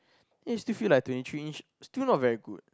then you still feel like twenty three inch still not very good